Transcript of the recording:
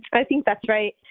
i think that's right.